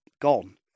gone